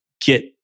get